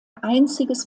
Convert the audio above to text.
einziges